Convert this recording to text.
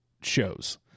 shows